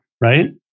right